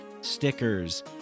stickers